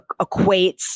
equates